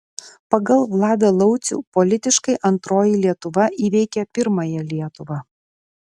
pagal vladą laucių politiškai antroji lietuva įveikia pirmąją lietuvą